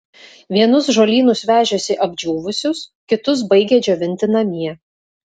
vienus žolynus vežėsi apdžiūvusius kitus baigė džiovinti namie